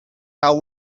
how